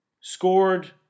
scored